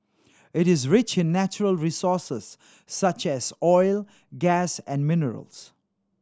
it is rich in natural resources such as oil gas and minerals